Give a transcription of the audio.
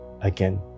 again